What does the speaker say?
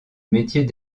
métier